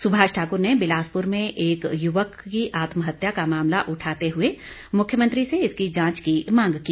सुभाष ठाकुर ने बिलासपुर में एक युवक की आत्महत्या का मामला उठाते हुए मुख्यमंत्री से इसकी जांच की मांग की